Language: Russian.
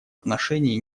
отношении